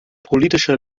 politische